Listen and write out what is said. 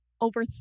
over